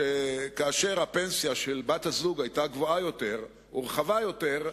שכאשר הפנסיה של בת-הזוג היתה גבוהה יותר ורחבה יותר,